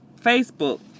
Facebook